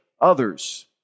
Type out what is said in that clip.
others